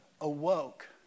awoke